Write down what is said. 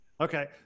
Okay